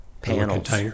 panels